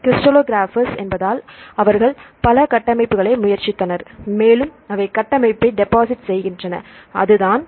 crystallographers என்பதால் அவர்கள் பல கட்டமைப்புகளை முயற்சித்தனர் மேலும் அவை கட்டமைப்பை டெபாசிட் செய்கின்றன அதுதான்